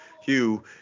Hugh